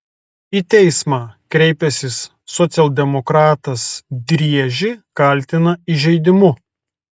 į teismą kreipęsis socialdemokratas driežį kaltina įžeidimu